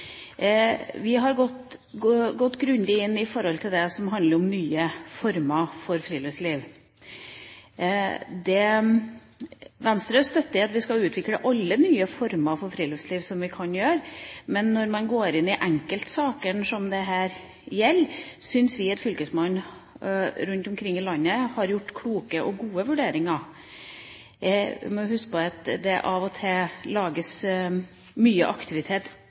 Vi har gått grundig inn i det som handler om nye former for friluftsliv. Venstre støtter at vi skal utvikle alle mulige nye former for friluftsliv, men når man går inn i de enkeltsakene det her gjelder, synes vi at fylkesmennene rundt omkring i landet har gjort kloke og gode vurderinger. Vi må huske på at det av og til lages mye aktivitet,